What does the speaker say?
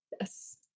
yes